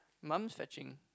mum's fetching